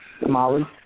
Molly